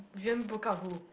Jen broke up with who